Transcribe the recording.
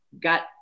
got